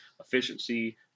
efficiency